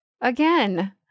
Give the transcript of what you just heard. again